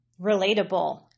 relatable